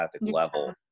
level